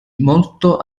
molto